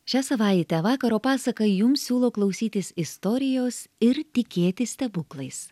šią savaitę vakaro pasaka jums siūlo klausytis istorijos ir tikėti stebuklais